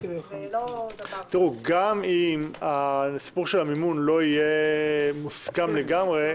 גם אם הסיפור של המימון לא יהיה מוסכם לגמרי,